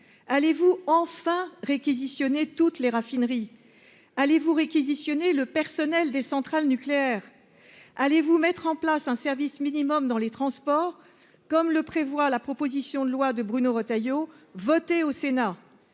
allez-vous enfin réquisitionné toutes les raffineries allez-vous réquisitionner le personnel des centrales nucléaires, allez vous mettre en place un service minimum dans les transports comme le prévoit la proposition de loi de Bruno Retailleau, voté au Sénat,